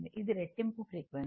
ఇది రెట్టింపు ఫ్రీక్వెన్సీ